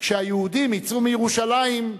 כשהיהודים יצאו מירושלים,